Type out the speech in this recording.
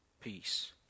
peace